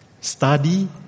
study